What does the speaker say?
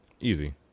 Easy